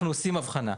אנחנו עושים הבחנה.